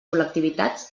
col·lectivitats